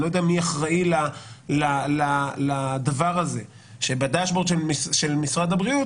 אני לא יודע מי אחראי לדבר הזה שבדשבורד של משרד הבריאות